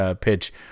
pitch